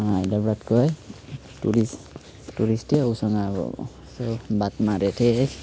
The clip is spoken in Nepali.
है टुरिस्ट टुरिस्टै हो उसँग अब यसो बात मारेको थिएँ है